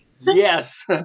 Yes